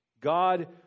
God